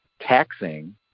taxing